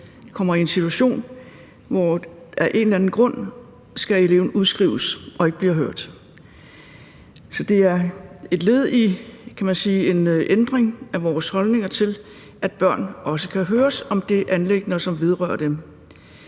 kommer i en situation og af en eller anden grund skal udskrives, ikke bliver hørt. Så det er et led i en ændring af vores holdninger til, at børn også kan høres i anliggender, som vedrører dem.